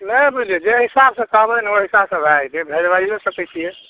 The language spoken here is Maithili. नहि बुझलियै जे हिसाबसँ कहबै ओहि हिसाबसँ भए जेतै भेजबाइयो सकै छियै